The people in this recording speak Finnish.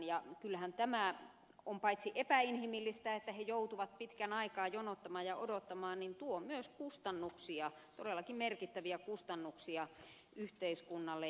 kyllähän tämä paitsi on epäinhimillistä että he joutuvat pitkän aikaa jonottamaan ja odottamaan myös tuo kustannuksia todellakin merkittäviä kustannuksia yhteiskunnalle